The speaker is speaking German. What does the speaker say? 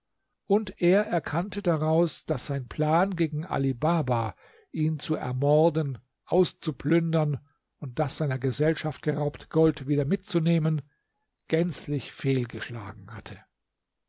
und er erkannte daraus daß sein plan gegen ali baba ihn zu ermorden auszuplündern und das seiner gesellschaft geraubte gold wieder mitzunehmen gänzlich fehlgeschlagen hatte